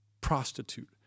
prostitute